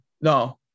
No